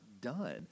done